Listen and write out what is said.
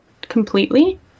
completely